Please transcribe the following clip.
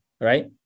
right